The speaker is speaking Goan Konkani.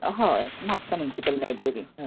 हय म्हापसा मुन्सिपल लायब्ररीन हय